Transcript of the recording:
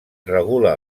regula